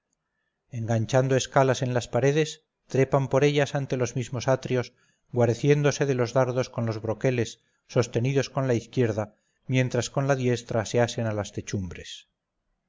enganchando escalas en las paredes trepan por ellas ante los mismos atrios guareciéndose de los dardos con los broqueles sostenidos con la izquierda mientras con la diestra se asen a las techumbres